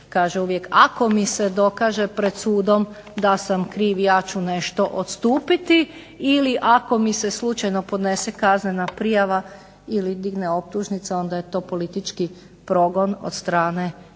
kaže uvijek ako mi se dokaže pred sudom da sam kriv ja ću nešto odstupiti, ili ako mi se slučajno podnese kaznena prijava ili digne optužnica onda je to politički progon od strane špijunčina